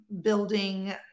Building